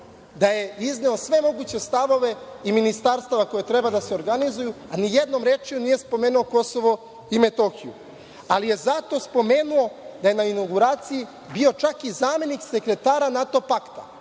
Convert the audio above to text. da je izneo sve moguće stavove i ministarstava koja treba da se organizuju, a ni jednom rečju nije spomenuo KiM, ali je zato spomenuo da je na inauguraciji bio čak i zamenik sekretara NATO pakta.